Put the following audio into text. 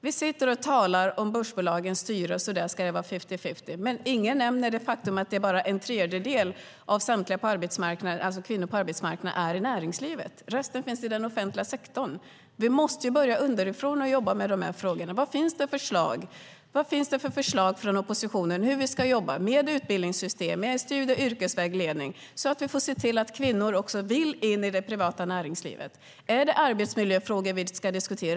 Vi talar om att det ska vara fifty-fifty i börsbolagens styrelser, men ingen nämner det faktum att bara en tredjedel av samtliga kvinnor på arbetsmarknaden finns i näringslivet. Resten finns i den offentliga sektorn. Vi måste börja underifrån och jobba med de här frågorna. Vad finns det för förslag från oppositionen på hur vi ska jobba med utbildningssystem och studie och yrkesvägledning så att vi kan se till att kvinnor också vill in i det privata näringslivet? Är det arbetsmiljöfrågor vi ska diskutera?